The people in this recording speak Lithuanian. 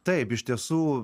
taip iš tiesų